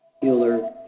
healer